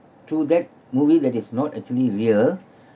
through that movie that is not actually real